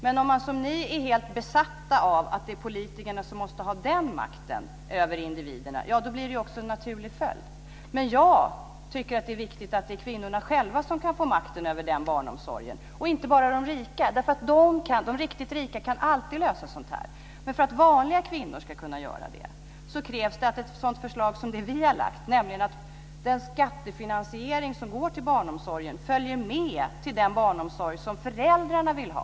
Men när man som ni är helt besatta av att det är politikerna som måste ha den makten över individerna blir det också en naturlig följd. Jag tycker att det är viktigt att kvinnorna själva får makten över barnomsorgen, och inte bara de rika. De riktigt rika kan alltid lösa sådant. Men för att vanliga kvinnor ska kunna göra det krävs det ett sådant förslag som det vi har lagt fram. Den skattefinansiering som går till barnomsorgen måste följa med till den barnomsorg föräldrarna vill ha.